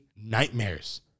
nightmares